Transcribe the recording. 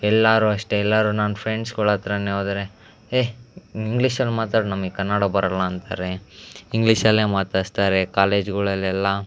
ಎಲ್ಲರೂ ಅಷ್ಟೇ ಎಲ್ಲರೂ ನನ್ನ ಫ್ರೆಂಡ್ಸ್ಗಳತ್ರನೇ ಹೋದರೆ ಹೇಯ್ ನೀನು ಇಂಗ್ಲೀಷಲ್ಲಿ ಮಾತಾಡು ನಮಗೆ ಕನ್ನಡ ಬರೋಲ್ಲ ಅಂತಾರೆ ಇಂಗ್ಲೀಷಲ್ಲೇ ಮಾತಾಡ್ಸ್ತಾರೆ ಕಾಲೇಜ್ಗಳಲ್ಲೆಲ್ಲ